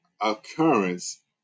occurrence